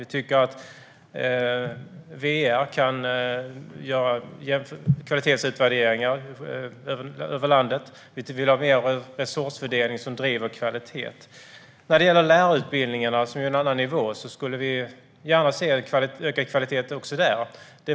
Vi tycker att VR kan göra kvalitetsutvärderingar över landet. Vi vill ha mer resursfördelning som driver kvalitet. När det gäller lärarutbildningarna, som är en annan nivå, skulle vi gärna se ökad kvalitet också där.